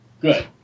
Good